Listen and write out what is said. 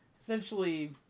Essentially